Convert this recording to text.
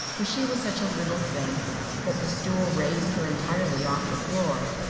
for she was such a little thing that the stool raised her entirely off the floor.